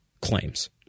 claims